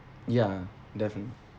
ya definitely